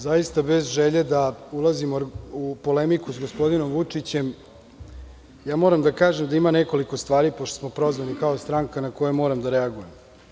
Zaista bez želje, da ulazim u polemiku s gospodinom Vučićem, ja moram da kažem da ima nekoliko stvari, pošto smo prozvani kao stranka, na koje moram da reagujem.